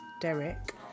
Derek